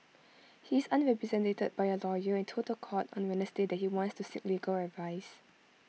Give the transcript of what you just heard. he is unrepresented by A lawyer and told The Court on Wednesday that he wants to seek legal advice